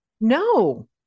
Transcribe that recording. No